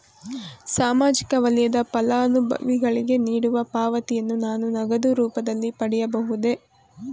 ಸಾಮಾಜಿಕ ವಲಯದ ಫಲಾನುಭವಿಗಳಿಗೆ ನೀಡುವ ಪಾವತಿಯನ್ನು ನಾನು ನಗದು ರೂಪದಲ್ಲಿ ಪಡೆಯಬಹುದೇ?